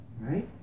right